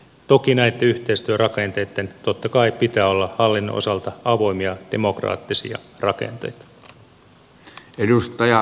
toki näitten yhteistyörakenteitten totta kai pitää olla hallinnon osalta avoimia demokraattisia rakenteita